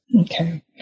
Okay